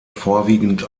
vorwiegend